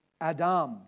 Adam